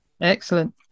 Excellent